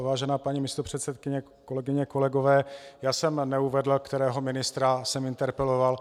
Vážená paní místopředsedkyně, kolegyně a kolegové, já jsem neuvedl, kterého ministra jsem interpeloval.